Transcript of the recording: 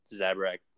zabrak